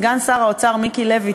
סגן שר האוצר מיקי לוי,